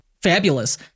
fabulous